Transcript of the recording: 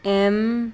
M